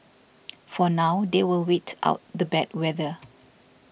for now they will wait out the bad weather